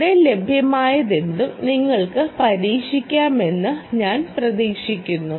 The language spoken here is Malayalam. ഇവിടെ ലഭ്യമായതെന്തും നിങ്ങൾക്ക് പരിഷ്കരിക്കാനാകുമെന്ന് ഞാൻ പ്രതീക്ഷിക്കുന്നു